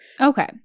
Okay